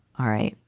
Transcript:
all right.